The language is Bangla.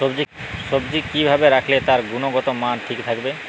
সবজি কি ভাবে রাখলে তার গুনগতমান ঠিক থাকবে?